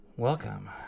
Welcome